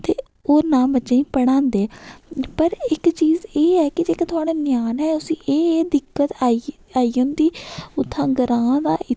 ते ओह् ना बच्चे गी पढ़ांदे पर इक चीज ऐ एह् कि जेह्का थुआढ़ा न्याना ऐ उसी एह् एह् दिक्कत आई आई जंदी उत्थां ग्रांऽ दा